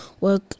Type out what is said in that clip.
work